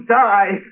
die